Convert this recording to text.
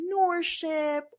entrepreneurship